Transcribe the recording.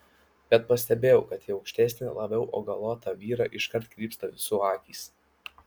bet pastebėjau kad į aukštesnį labiau augalotą vyrą iškart krypsta visų akys